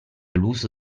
l’uso